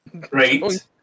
Great